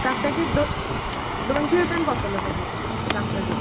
काकट्याचे दो दोनशे रुपयान पोडटलो तो तुका धाकट्याचो